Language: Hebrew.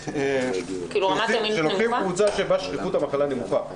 כשלוקחים קבוצה שבה שכיחות המחלה נמוכה,